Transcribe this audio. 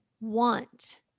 want